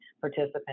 participant